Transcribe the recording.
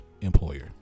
employer